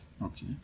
Okay